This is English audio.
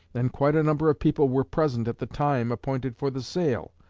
and quite a number of people were present at the time appointed for the sale.